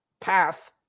path